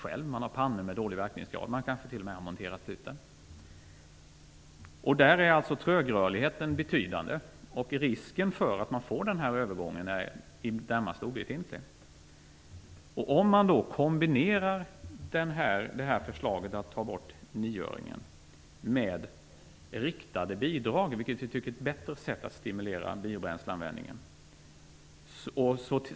De har pannor med dålig verkningsgrad. De kanske t.o.m. har monterat ut dem. I detta avseende är trögrörligheten betydande. Risken för att den här övergången skulle uppstå är i det närmaste obefintlig. Man kan kombinera förslaget om att ta bort nioöringen med riktade bidrag, vilket jag tycker är ett bättre sätt att stimulera biobränsleanvändningen.